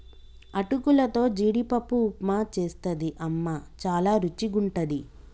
అటుకులతో జీడిపప్పు ఉప్మా చేస్తది అమ్మ చాల రుచిగుంటది